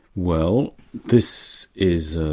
well this is